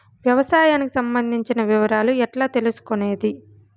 వ్యవసాయానికి సంబంధించిన వివరాలు ఎట్లా తెలుసుకొనేది?